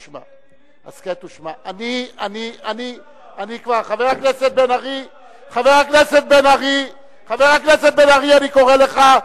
שמעתי, אני מודיע לכם, עוד מעט אתם תדברו.